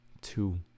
two